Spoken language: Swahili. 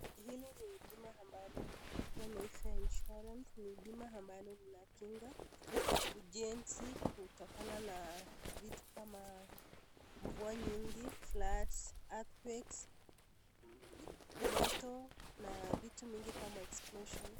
Hili ni bima ambalo tunaita fire insurance . Ni bima ambalo linakinga ujenzi kutokana na vitu kama mvua nyingi, floods , earthquakes , moto na vitu mingi kama explosion .